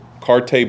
carte